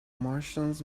martians